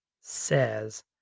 says